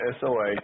SOA